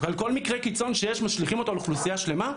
על כל מקרה קיצון שיש משליכים אותו על אוכלוסייה שלמה?